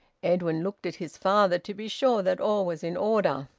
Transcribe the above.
edwin looked at his father, to be sure that all was in order,